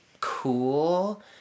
cool